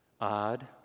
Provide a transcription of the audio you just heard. odd